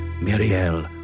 Muriel